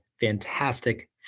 fantastic